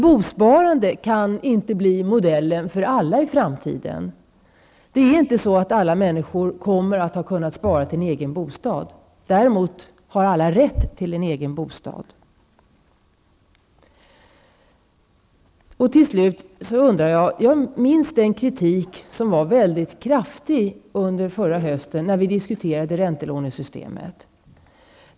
Bosparandet kan dock inte stå som modell för alla i framtiden. Det kommer nämligen att visa sig att inte alla människor har haft möjlighet att spara till en egen bostad. Däremot har alla rätt till en egen bostad. Till slut vill jag säga att jag minns den kritik som har förekommit och som var väldigt kraftig förra hösten, då vi diskuterade räntelånesystemet.